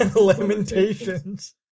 Lamentations